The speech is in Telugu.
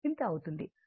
ఈ సర్క్యూట్ లో Z ef 1